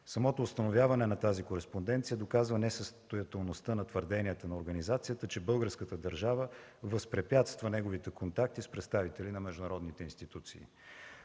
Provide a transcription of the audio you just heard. Самото установяване на тази кореспонденция доказва несъстоятелността на твърденията на организацията, че българската държава възпрепятства неговите контакти с представители на международните институции.